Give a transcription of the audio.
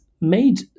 made